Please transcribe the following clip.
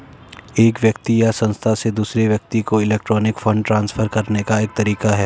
एक व्यक्ति या संस्था से दूसरे व्यक्ति को इलेक्ट्रॉनिक फ़ंड ट्रांसफ़र करने का एक तरीका है